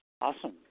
Awesome